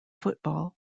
football